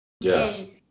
Yes